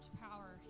power